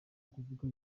kuvuga